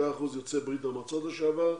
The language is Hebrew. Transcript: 3 אחוזים יוצאי ברית המועצות לשעבר,